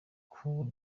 coup